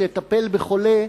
לטפל בחולה,